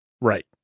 Right